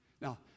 Now